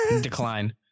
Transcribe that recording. Decline